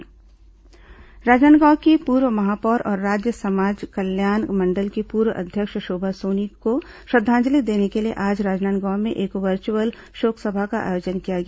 शोभा सोनी श्रद्धांजलि राजनांदगांव की पूर्व महापौर और राज्य समाज कल्याण मंडल की पूर्व अध्यक्ष शोभा सोनी को श्रद्वांजलि देने के लिए आज राजनांदगांव में एक वर्चुअल शोक सभा का आयोजन किया गया